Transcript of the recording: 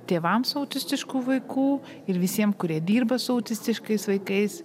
tėvams autistiškų vaikų ir visiem kurie dyrba su autistiškais vaikais